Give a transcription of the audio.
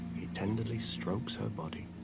he tenderly stokes her body.